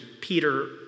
Peter